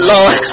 Lord